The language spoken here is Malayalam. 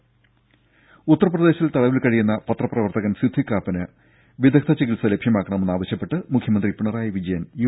ത ഉത്തർപ്രദേശിൽ തടവിൽകഴിയുന്ന പത്രപ്രവർത്തകൻ സിദ്ദിഖ് കാപ്പന് വിദഗ്ധ ചികിത്സ ലഭ്യമാക്കണമെന്ന് ആവശ്യപ്പെട്ട് മുഖ്യമന്ത്രി പിണറായി വിജയൻ യു